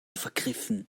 vergriffen